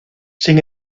sin